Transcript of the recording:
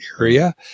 area